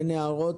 אין הערות.